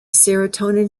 serotonin